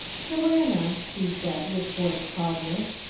joanna, she said, with forced calmness,